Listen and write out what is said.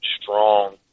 strong